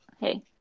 hey